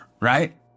right